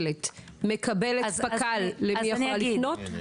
מקבלת פק"ל למי היא יכולה לפנות?